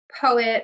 poet